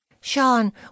Sean